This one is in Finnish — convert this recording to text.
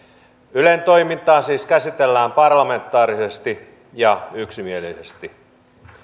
ylen toimintaa siis käsitellään parlamentaarisesti ja yksimielisesti